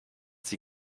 sie